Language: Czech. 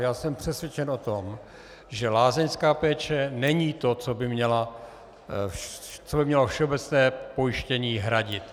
Já jsem přesvědčen o tom, že lázeňská péče není to, co by mělo všeobecné pojištění hradit.